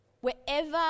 Wherever